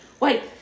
Wait